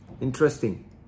Interesting